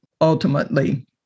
Ultimately